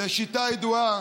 זו שיטה ידועה,